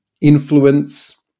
influence